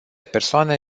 persoane